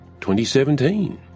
2017